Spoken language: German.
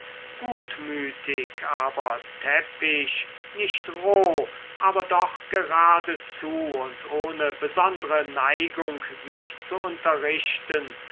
gutmütig aber täppisch nicht roh aber doch geradezu und ohne besondre neigung sich zu unterrichten